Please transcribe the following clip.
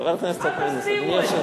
אדוני היושב-ראש,